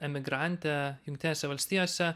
emigrantė jungtinėse valstijose